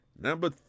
Number